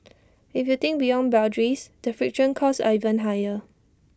if you think beyond boundaries the friction costs are even higher